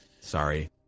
Sorry